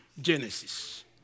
Genesis